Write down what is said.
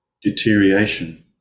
deterioration